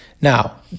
Now